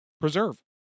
preserve